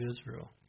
Israel